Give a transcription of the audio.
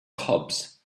cobs